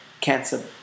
cancer